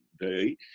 day